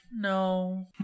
No